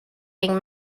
being